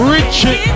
Richie